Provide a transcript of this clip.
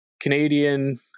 Canadian